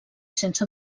sense